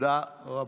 תודה רבה.